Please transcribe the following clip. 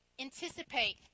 anticipate